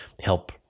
help